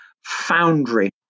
Foundry